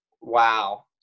wow